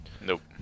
Nope